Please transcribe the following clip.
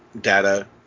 data